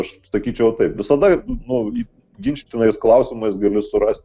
aš sakyčiau taip visada nu ginčytinais klausimais gali surast